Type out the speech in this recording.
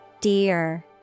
dear